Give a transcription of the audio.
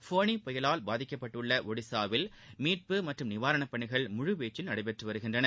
ஃபோனி புயலால் பாதிக்கப்பட்டுள்ள ஒடிசாவில் மீட்பு மற்றும் நிவாரணப்பணிகள் முழுவீச்சில் நடைபெற்று வருகின்றன